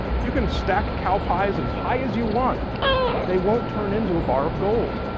you can stack cowpies as high as you want they won't turn into a bar of gold.